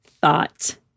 thought